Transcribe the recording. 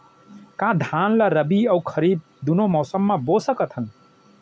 का धान ला रबि अऊ खरीफ दूनो मौसम मा बो सकत हन?